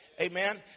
Amen